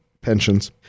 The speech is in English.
Pensions